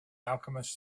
alchemist